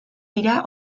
dira